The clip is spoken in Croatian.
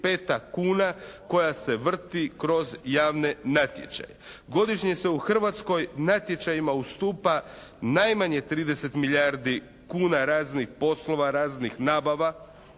kuna koja se vrti kroz javne natječaje. Godišnje se u Hrvatskoj natječajima ustupa najmanje 30 milijardi kuna raznih poslova, raznih nabava